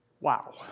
Wow